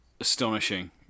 astonishing